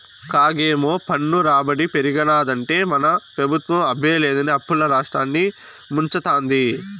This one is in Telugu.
కాగేమో పన్ను రాబడి పెరిగినాదంటే మన పెబుత్వం అబ్బే లేదని అప్పుల్ల రాష్ట్రాన్ని ముంచతాంది